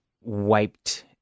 wiped